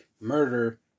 murder